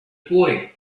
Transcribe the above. boy